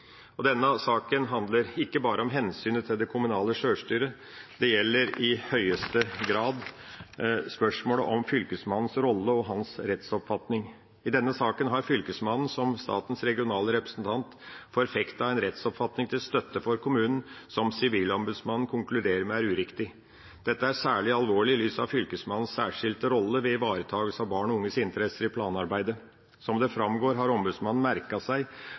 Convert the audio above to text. Denne saken handler ikke bare om hensynet til det kommunale sjølstyret, det gjelder i høyeste grad spørsmålet om Fylkesmannens rolle og rettsoppfatning. I denne saken har Fylkesmannen, som statens regionale representant, forfektet en rettsoppfatning til støtte for kommunen som Sivilombudsmannen konkluderer med er uriktig. Dette er særlig alvorlig i lys av Fylkesmannens særskilte rolle ved ivaretakelse av barn og unges interesser i planarbeidet. Som det framgår, har ombudsmannen merket seg